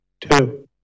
two